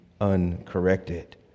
uncorrected